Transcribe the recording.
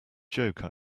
joke